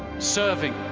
serving